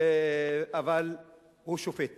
אבל הוא שופט